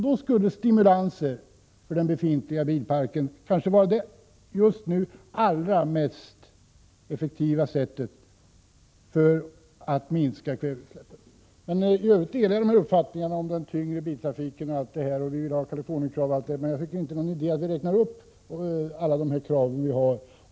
Då skulle stimulanser för den befintliga bilparken kanske vara det just nu allra mest effektiva sättet att minska kväveutsläppen. I övrigt delar jag uppfattningarna om den tyngre biltrafiken, om att vi vill ha Kalifornienkrav osv., men jag tycker inte att det är någon idé att räkna upp alla de krav vi har.